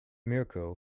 mirco